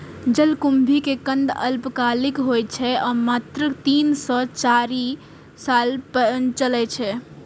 जलकुंभी के कंद अल्पकालिक होइ छै आ मात्र तीन सं चारि साल चलै छै